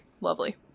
Lovely